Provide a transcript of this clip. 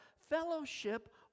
fellowship